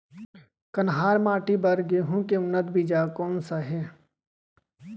कन्हार माटी बर गेहूँ के उन्नत बीजा कोन से हे?